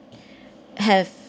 have